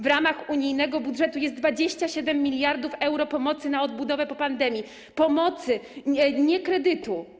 W ramach unijnego budżetu jest 27 mld euro pomocy na odbudowę po pandemii - pomocy, nie kredytu.